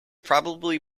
probably